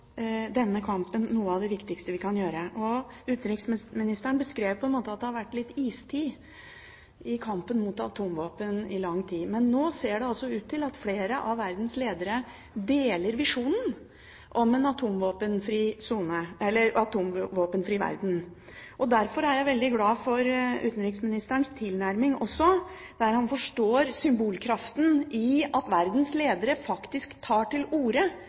denne kampen en av de viktigste vi kan føre. Utenriksministeren beskrev at det i lang tid har vært en slags istid i kampen mot atomvåpen, men nå ser det ut til at flere av verdens ledere deler visjonen om en atomvåpenfri verden. Derfor er jeg veldig glad for utenriksministerens tilnærming, der han viser at han forstår symbolkraften i at verdens ledere faktisk tar til orde